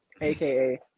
aka